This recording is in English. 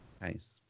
Nice